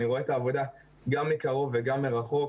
אני רואה את העבודה גם מקרוב וגם מרחוק,